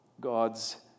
God's